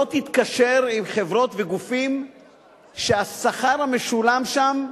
לא תתקשר עם חברות וגופים שהשכר המשולם בהן,